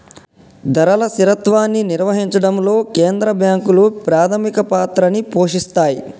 ధరల స్థిరత్వాన్ని నిర్వహించడంలో కేంద్ర బ్యాంకులు ప్రాథమిక పాత్రని పోషిత్తాయ్